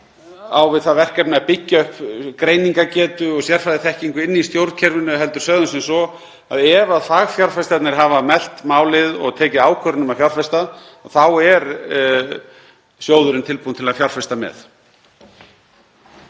á við það verkefni að byggja upp greiningargetu og sérfræðiþekkingu í stjórnkerfinu heldur sögðum sem svo að ef fagsfjárfestarnir hefðu melt málið og tekið ákvörðun um að fjárfesta þá væri sjóðurinn tilbúinn til að fjárfesta með.